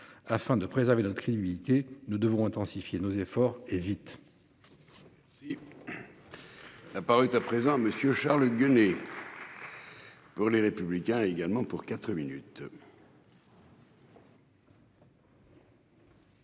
afin de préserver notre crédibilité. Nous devons intensifier nos efforts et vite.